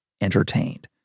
entertained